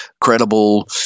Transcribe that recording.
credible